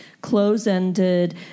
Close-ended